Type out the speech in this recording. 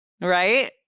Right